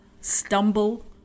stumble